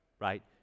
right